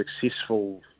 successful